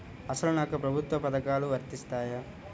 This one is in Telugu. అసలు నాకు ప్రభుత్వ పథకాలు వర్తిస్తాయా?